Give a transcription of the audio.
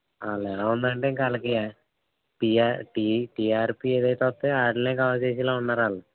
వాళ్ళేలావుందంటే ఇంక ఆళ్ళకి T TRP ఏదైతే వస్తే వాట్లినే కవర్ చేసేలా ఉన్నారాళ్ళు